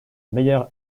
meilleure